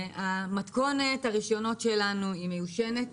מתכונת הרישיונות שלנו היא מיושנת,